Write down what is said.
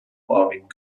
farming